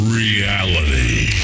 reality